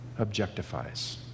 objectifies